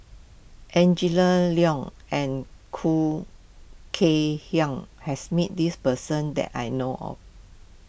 Angela Liong and Khoo Kay Hian has met this person that I know of